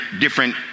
different